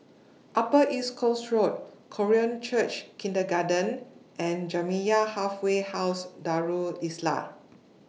Upper East Coast Road Korean Church Kindergarten and Jamiyah Halfway House Darul Islah